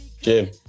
Jim